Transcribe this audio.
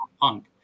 punk